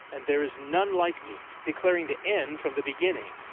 and there is none like me, declaring the end from the beginning,